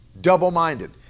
double-minded